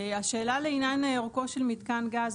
השאלה לעניין אורכו של מתקן גז,